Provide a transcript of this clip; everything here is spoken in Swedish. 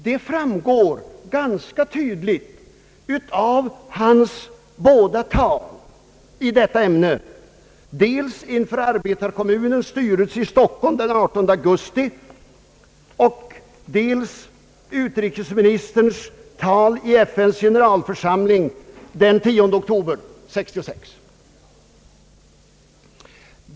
Det framgår ganska tydligt av hans båda tal i detta ämne, dels inför arbetarkommunens styrelse i Stockholm den 18 augusti 1966, dels i FN:s generalförsamling den 10 oktober 1966.